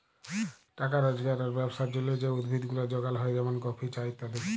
টাকা রজগার আর ব্যবসার জলহে যে উদ্ভিদ গুলা যগাল হ্যয় যেমন কফি, চা ইত্যাদি